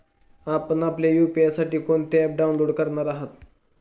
आपण आपल्या यू.पी.आय साठी कोणते ॲप डाउनलोड करणार आहात?